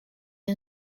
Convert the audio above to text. are